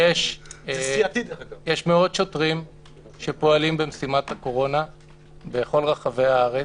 יש מאות שוטרים שפועלים במשימת הקורונה בכל רחבי הארץ.